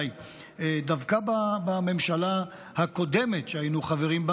דווקא בממשלה הקודמת שהיינו חברים בה